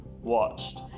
watched